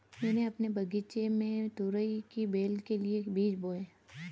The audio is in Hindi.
मैंने अपने बगीचे में तुरई की बेल के लिए बीज बोए